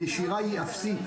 הנשירה היא אפסית.